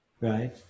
Right